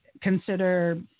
Consider